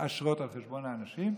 שמתעשרות על חשבון האנשים.